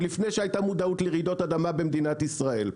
לפני שהייתה מודעות לרעידות אדמה במדינת ישראל.